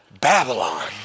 Babylon